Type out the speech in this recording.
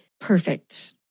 perfect